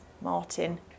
martin